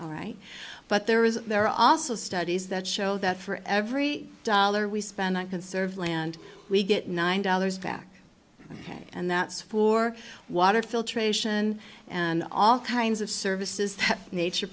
all right but there is there are also studies that show that for every dollar we spend on conserve land we get nine dollars back ok and that's for water filtration and all kinds of services that nature